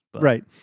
Right